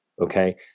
Okay